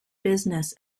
business